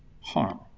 harm